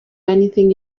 anything